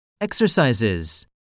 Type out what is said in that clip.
Exercises